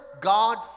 God